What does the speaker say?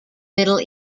middle